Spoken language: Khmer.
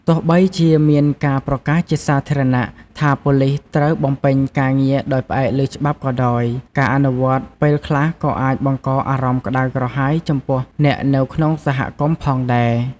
ទោះបីជាមានការប្រកាសជាសាធារណៈថាប៉ូលីសត្រូវបំពេញការងារដោយផ្អែកលើច្បាប់ក៏ដោយ ការអនុវត្តន៍ពេលខ្លះក៏អាចបង្កអារម្មណ៍ក្ដៅក្រហាយចំពោះអ្នកនៅក្នុងសហគមន៍ផងដែរ។